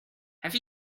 have